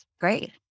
Great